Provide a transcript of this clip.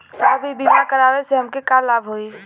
साहब इ बीमा करावे से हमके का लाभ होई?